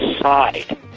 side